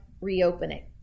reopening